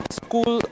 school